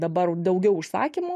dabar daugiau užsakymų